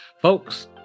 Folks